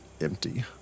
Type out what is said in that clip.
empty